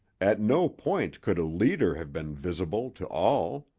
at no point could a leader have been visible to all.